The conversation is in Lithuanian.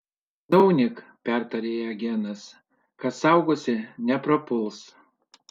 nezaunyk pertarė ją genas kas saugosi neprapuls